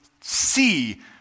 see